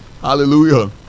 Hallelujah